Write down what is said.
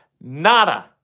Nada